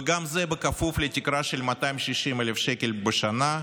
וגם זה בכפוף לתקרה של 260,000 שקל בשנה,